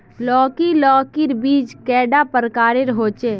लौकी लौकीर बीज कैडा प्रकारेर होचे?